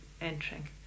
entering